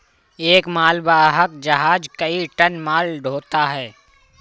एक मालवाहक जहाज कई टन माल ढ़ोता है